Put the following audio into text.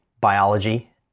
biology